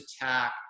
attack